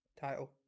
Title